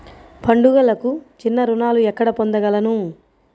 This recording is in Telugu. పండుగలకు చిన్న రుణాలు ఎక్కడ పొందగలను?